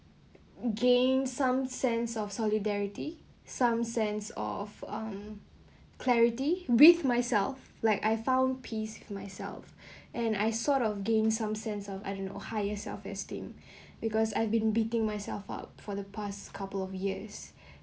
gain some sense of solidarity some sense of um clarity with myself like I found peace with myself and I sort of gain some sense of I don't know higher self-esteem because I've been beating myself up for the past couple of years